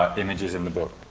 ah images in the book.